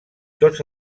tots